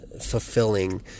fulfilling